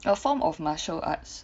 a form of martial arts